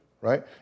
right